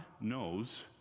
knows